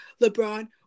LeBron